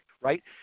right